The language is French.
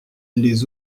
les